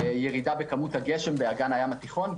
ירידה בכמות הגשם באגן הים התיכון.